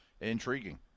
intriguing